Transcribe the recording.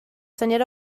syniad